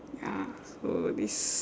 ya so this